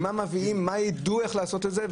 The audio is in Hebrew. איך יידעו איך לעשות את זה?